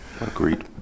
Agreed